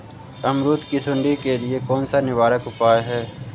अमरूद की सुंडी के लिए कौन सा निवारक उपाय है?